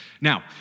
Now